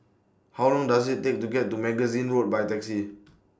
How Long Does IT Take to get to Magazine Road By Taxi